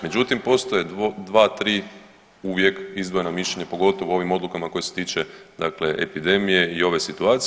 Međutim, postoje dva, tri uvijek izdvojena mišljenja pogotovo u ovim odlukama koje se tiče epidemije i ove situacije.